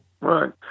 Right